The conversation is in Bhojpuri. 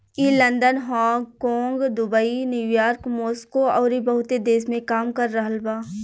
ई London, Hong Kong, Dubai, New York, Moscow अउरी बहुते देश में काम कर रहल बा